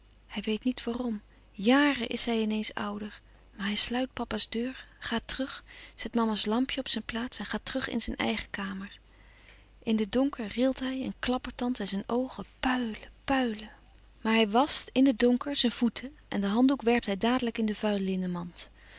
hij weet niet waarom jàren is hij in eens ouder maar hij sluit papa's deur gaat terug zet mama's lampje op zijn plaats en gaat terug in zijn eigen kamer in den donker rilt hij en klappertandt en zijn oogen puilen puilen maar hij wascht in den donker zijn voeten en den handdoek werpt hij dadelijk in de vuillinnenmand